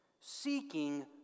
seeking